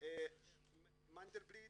מנדלבליט